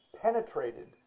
penetrated